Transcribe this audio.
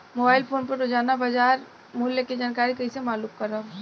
Mobile phone पर रोजाना बाजार मूल्य के जानकारी कइसे मालूम करब?